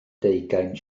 deugain